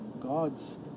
God's